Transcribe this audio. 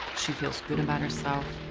she feels good about herself.